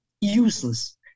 Useless